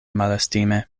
malestime